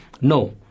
No